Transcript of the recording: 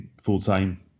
full-time